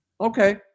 Okay